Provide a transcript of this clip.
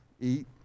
eat